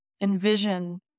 envision